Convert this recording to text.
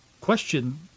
question